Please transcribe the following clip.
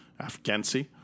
Afghansi